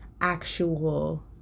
actual